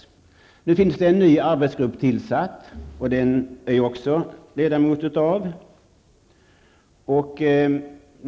Det har nu tillsatts en ny arbetsgrupp, som jag också är ledamot av.